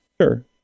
Sure